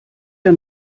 der